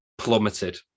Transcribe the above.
Plummeted